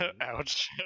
Ouch